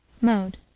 Mode